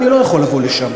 אני לא יכול לבוא לשם,